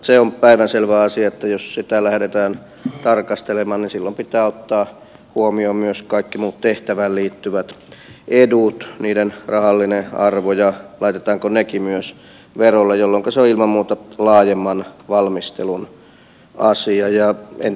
se on päivänselvä asia että jos sitä lähdetään tarkastelemaan niin silloin pitää ottaa huomioon myös kaikki muut tehtävään liittyvät edut niiden rahallinen arvo ja se laitetaanko nekin myös verolle jolloinka se on ilman muuta laajemman valmistelun asia